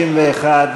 61,